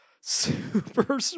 super